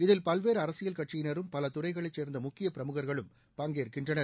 இதில் பல்வேறு அரசியல் கட்சியினரும் பல துறைகளைச் சேர்ந்த முக்கிய பிரமுக்களும் பங்கேற்கின்றனர்